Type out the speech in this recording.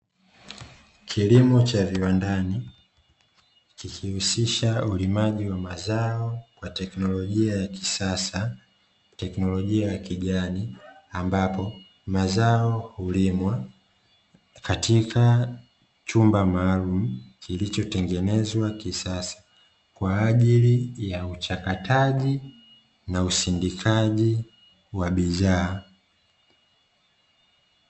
Kilimo cha viwandani kikihusisha ulimaji wa mazao kwa teknolojia ya kisasa, teknolojia ya kijani ambapo mazao hulimwa katika chumba maalumu kilichotengenezwa kisasa kwa ajili ya uchakataji na usindikaji wa bidhaa.